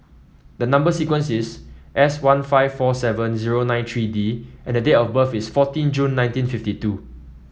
number sequence is S one five four seven zero nine three D and date of birth is fourteen June nineteen fifty two